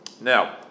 Now